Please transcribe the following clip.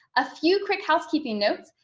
a few quick housekeeping notes,